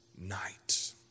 night